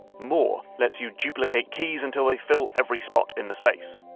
more lets you duplicate keys until they fill every spot in the space.